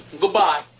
Goodbye